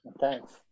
Thanks